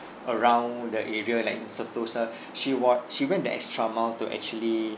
around the area like sentosa she was she went the extra mile to actually